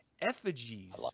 effigies